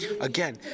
again